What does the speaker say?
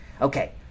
Okay